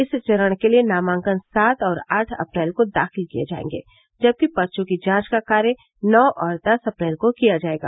इस चरण के लिए नामांकन सात और आठ अप्रैल को दाखिल किए जाएंगे जबकि पर्चों की जांच का कार्य नौ और दस अप्रैल को किया जाएगा